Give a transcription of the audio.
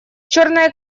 черное